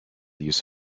use